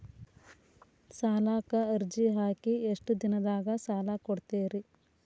ಸಾಲಕ ಅರ್ಜಿ ಹಾಕಿ ಎಷ್ಟು ದಿನದಾಗ ಸಾಲ ಕೊಡ್ತೇರಿ?